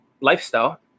lifestyle